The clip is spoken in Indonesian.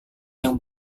yang